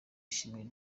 ishimwe